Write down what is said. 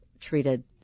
treated